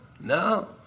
no